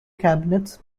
cabinets